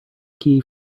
key